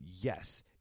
yes